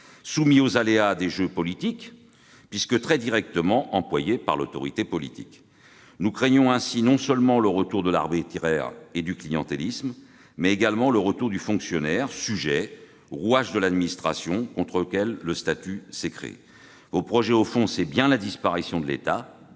soumis aux aléas des jeux politiques, puisqu'ils seront très directement employés par l'autorité politique. Nous craignons non seulement le retour de l'arbitraire et du clientélisme, mais également le retour du fonctionnaire sujet, rouage de l'administration, contre lequel le statut s'est construit. Votre projet, au fond, revient à faire disparaître l'État